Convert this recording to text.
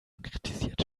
kritisiert